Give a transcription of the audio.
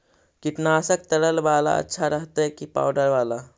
कीटनाशक तरल बाला अच्छा रहतै कि पाउडर बाला?